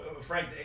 Frank